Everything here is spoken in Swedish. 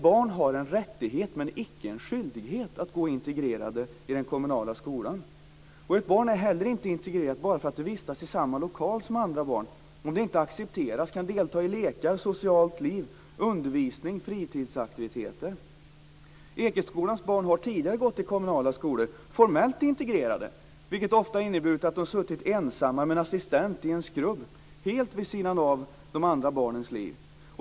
Barn har en rättighet men icke en skyldighet att vara integrerade i den kommunala skolan. Ett barn är inte heller integrerat bara för att det vistas i samma lokal som andra barn om det inte accepteras, kan delta i lekar, socialt liv, undervisning, fritidsaktiviteter. Ekeskolans barn har tidigare gått i kommunala skolor, dvs. formellt integrerade, vilket ofta inneburit att de har suttit ensamma med en assistent i en skrubb helt vid sidan av de andra barnens liv.